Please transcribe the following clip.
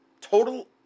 Total